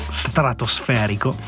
stratosferico